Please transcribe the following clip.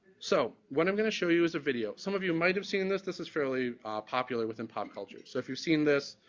so, what i'm going to show you is a video. some of you might have scene this this is fairly popular within pop cultures. so if you've seen this,